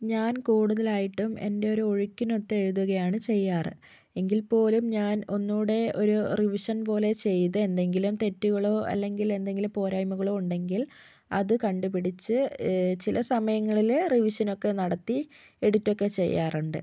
ഞാൻ കൂടുതലായിട്ടും എൻ്റെ ഒരു ഒഴുക്കിനൊത്ത് എഴുതുകയാണ് ചെയ്യാറ് എങ്കിൽ പോലും ഞാൻ ഒന്നു കൂടി ഒരു റിവിഷൻ പോലെ ചെയ്ത് എന്തെങ്കിലും തെറ്റുകളോ അല്ലെങ്കിൽ എന്തെങ്കിലും പോരായ്മകളോ ഉണ്ടെങ്കിൽ അത് കണ്ടു പിടിച്ചു ചില സമയങ്ങളിൽ റിവിഷനൊക്കെ നടത്തി എഡിറ്റൊക്കെ ചെയ്യാറുണ്ട്